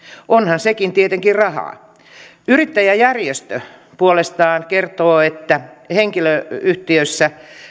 onhan sekin tietenkin rahaa yrittäjäjärjestö puolestaan kertoo että henkilöyhtiöissä